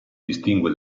distingue